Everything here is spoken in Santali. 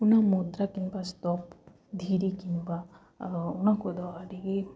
ᱚᱱᱟ ᱢᱩᱫᱨᱟ ᱠᱤᱝᱵᱟ ᱥᱛᱚᱯ ᱫᱷᱤᱨᱤ ᱠᱤᱝᱵᱟ ᱟᱨᱚ ᱚᱱᱟ ᱠᱚᱫᱚ ᱟᱹᱰᱤᱜᱮ